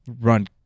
run